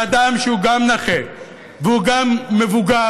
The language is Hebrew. אדם שהוא גם נכה והוא גם מבוגר,